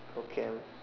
for Chem